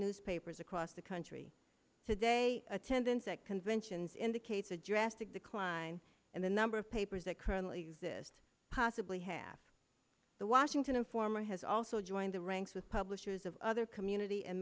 newspapers across the country today attendance at conventions indicates a drastic decline in the number of papers that currently exist possibly half the washington former has also joined the ranks with publishers of other community and